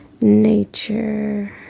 nature